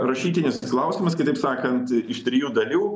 rašytinis klausimas kitaip sakant iš trijų dalių